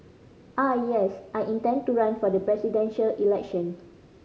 ah yes I intend to run for the Presidential Election